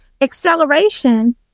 Acceleration